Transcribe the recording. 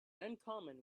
uncommon